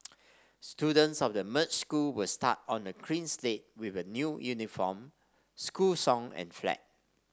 students of the merged school will start on a clean slate with a new uniform school song and flag